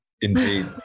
Indeed